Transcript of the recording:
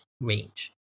range